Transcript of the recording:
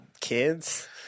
kids